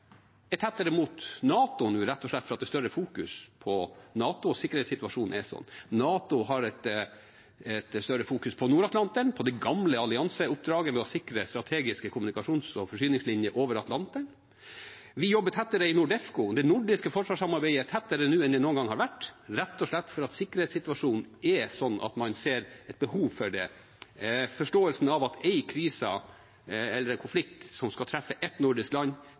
er tettere mot NATO nå, rett og slett fordi det i større grad fokuseres på NATO – slik er sikkerhetssituasjonen. NATO fokuserer i større grad på Nord-Atlanteren, på det gamle allianseoppdraget med å sikre strategiske kommunikasjons- og forsyningslinjer over Atlanteren. Vi jobber også tettere i NORDEFCO – det nordiske forsvarssamarbeidet er tettere nå enn det noen gang har vært, rett og slett fordi sikkerhetssituasjonen er slik at man ser et behov for det, ut fra forståelsen av at en krise eller en konflikt som treffer ett nordisk land,